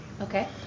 okay